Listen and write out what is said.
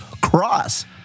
cross